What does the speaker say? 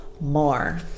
more